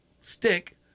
stick